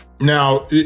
Now